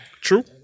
True